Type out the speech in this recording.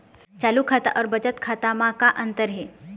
चालू खाता अउ बचत खाता म का अंतर हे?